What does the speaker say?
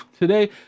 today